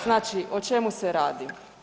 Znači, o čemu se radi?